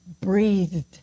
breathed